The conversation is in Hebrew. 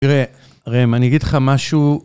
תראה, הרי אם אני אגיד לך משהו...